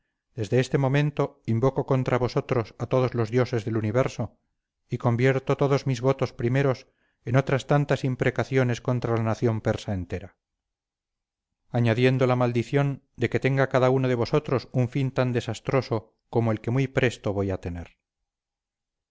desde este momento invoco contra vosotros a todos los dioses del universo y convierto todos mis votos primeros en otras tantas imprecaciones contra la nación persa entera añadiendo la maldición de que tenga cada uno de vosotros un fin tan desastroso como el que muy presto voy a tener